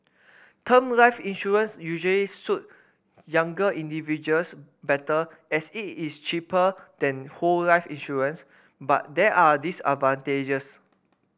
term life insurance usually suit younger individuals better as it is cheaper than whole life insurance but there are disadvantages